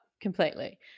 completely